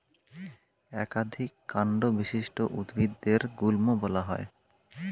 একাধিক কান্ড বিশিষ্ট উদ্ভিদদের গুল্ম বলা হয়